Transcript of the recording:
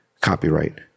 copyright